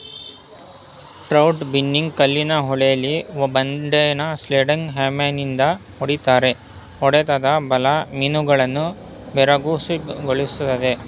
trout binning ಕಲ್ಲಿನ ಹೊಳೆಲಿ ಬಂಡೆನ ಸ್ಲೆಡ್ಜ್ ಹ್ಯಾಮರ್ನಿಂದ ಹೊಡಿತಾರೆ ಹೊಡೆತದ ಬಲ ಮೀನುಗಳನ್ನು ಬೆರಗುಗೊಳಿಸ್ತದೆ